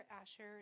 Asher